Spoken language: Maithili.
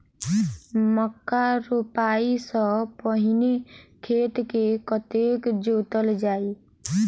मक्का रोपाइ सँ पहिने खेत केँ कतेक जोतल जाए?